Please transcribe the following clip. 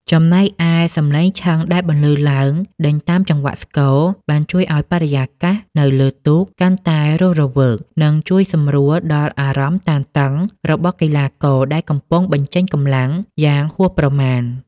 ចំណែកឯសំឡេងឈឹងដែលបន្លឺឡើងដេញតាមចង្វាក់ស្គរ បានជួយឱ្យបរិយាកាសនៅលើទូកកាន់តែរស់រវើក និងជួយសម្រួលដល់អារម្មណ៍តានតឹងរបស់កីឡាករដែលកំពុងបញ្ចេញកម្លាំងយ៉ាងហួសប្រមាណ។